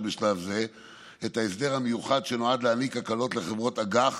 בשלב זה את ההסדר המיוחד שנועד להעניק הקלות לחברות אג"ח